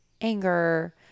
anger